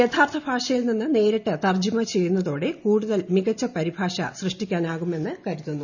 യഥാർത്ഥഭാഷയിൽ നിന്ന് നേരിട്ട് തർജ്ജമ ചെയ്യുന്നതോടെ കൂടുതൽ മികച്ച പരിഭാഷ സൃഷ്ടിക്കാനാകുമെന്ന് കരുതുന്നു